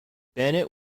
bennett